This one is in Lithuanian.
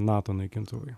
nato naikintuvai